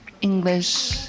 English